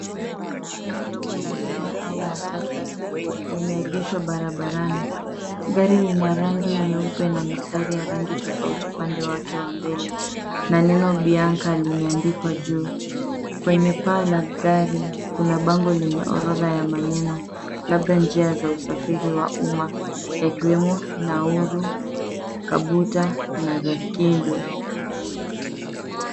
Gari dogo la abiria au matatu limeegeshwa barabarani. Gari lina rangi nyeupe na mistari ya rangi tofauti upande wake wa mbele na neno BIANCA limeandikwa juu. Kwenye paa la gari, kuna bango lenye orodha ya maneno labda njia za usafiri wa umma yakiwemo NAURU, KABUTA NA GAKINDU.